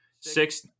Six